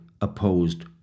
opposed